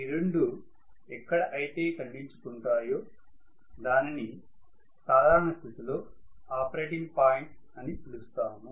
ఈ రెండూ ఎక్కడ అయితే ఖండించుకుంటాయో దానిని సాధారణ స్థితిలో ఆపరేటింగ్ పాయింట్ అని పిలుస్తాము